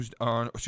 on